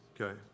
Okay